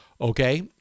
okay